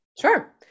Sure